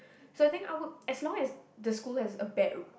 so I think I would as long as the school has a bad